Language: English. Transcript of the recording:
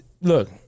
look